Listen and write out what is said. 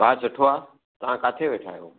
हा सुठो आहे तव्हां किथे वेठा आहियो